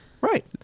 right